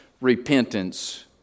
repentance